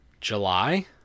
July